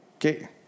Okay